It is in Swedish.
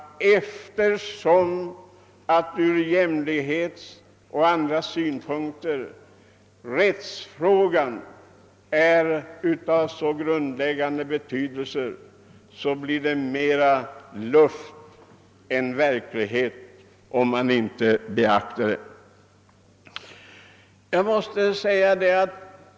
Eftersom rättsfrågan är av grundläggande betydelse för jämlikheten blir det mer luft än verklighet om den inte beaktas.